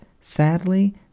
sadly